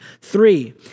three